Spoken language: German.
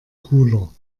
cooler